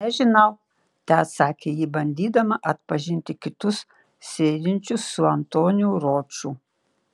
nežinau teatsakė ji bandydama atpažinti kitus sėdinčius su antoniu roču